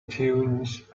tunes